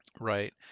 right